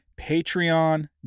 Patreon